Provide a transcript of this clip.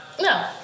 No